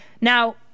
Now